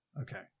Okay